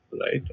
right